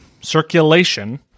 circulation